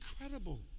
incredible